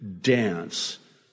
dance